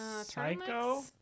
Psycho